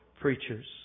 preachers